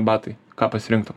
batai ką pasirinktum